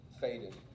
faded